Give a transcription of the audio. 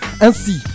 Ainsi